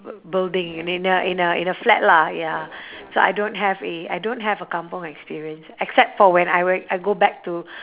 building in a in a in a flat lah ya so I don't have a I don't have a kampung experience except for when I went I go back to